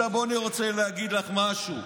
עכשיו, אני רוצה להגיד לך משהו.